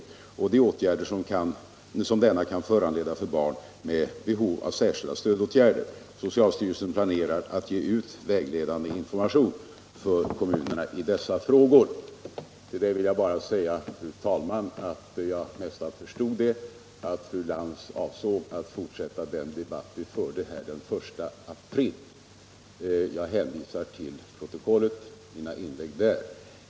Socialstyrelsen planerar att ge ut vägledande information till kommunerna om vilka åtgärder som denna verksamhet kan föranleda för barn med behov av särskilt stöd. Fru talman! Jag vill bara tillägga att jag nästan förstod att fru Lantz avsåg att fortsätta den debatt som vi förde här den 1 april. Jag hänvisar till protokollet över mina inlägg där.